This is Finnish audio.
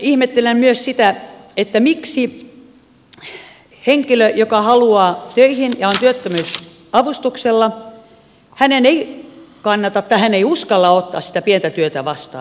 ihmettelen myös sitä miksi henkilön joka haluaa töihin ja on työttömyysavustuksella ei kannata tai hän ei uskalla ottaa sitä pientä työtä vastaan